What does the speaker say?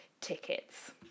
tickets